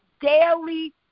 daily